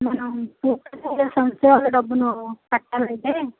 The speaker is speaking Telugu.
మనం ముప్పై ఐదు సంవత్సరాల డబ్బును కట్టాలి అంటే